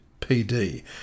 PD